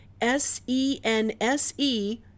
s-e-n-s-e